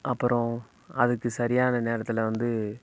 அப்புறம் அதுக்கு சரியான நேரத்தில் வந்து